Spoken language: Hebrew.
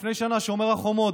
לפני שנה, שומר החומות.